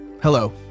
Hello